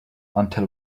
until